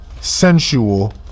sensual